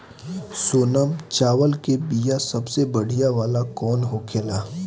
सोनम चावल के बीया सबसे बढ़िया वाला कौन होखेला?